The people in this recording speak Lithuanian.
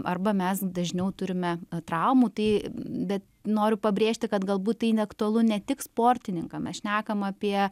arba mes dažniau turime traumų tai bet noriu pabrėžti kad galbūt tai neaktualu ne tik sportininkam mes šnekam apie